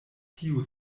tiu